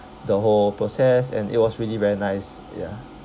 the whole process and it was really very nice ya